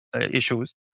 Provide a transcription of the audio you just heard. issues